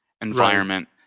environment